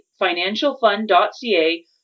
financialfund.ca